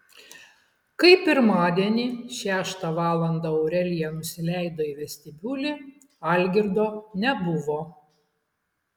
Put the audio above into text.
kai pirmadienį šeštą valandą aurelija nusileido į vestibiulį algirdo nebuvo